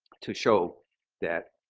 to show that